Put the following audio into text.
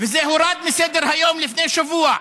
וזה הורד מסדר-היום לפני שבוע.